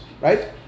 right